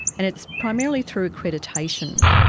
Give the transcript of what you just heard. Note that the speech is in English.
and it's primarily through accreditation.